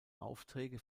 aufträge